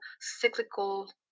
cyclical